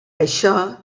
això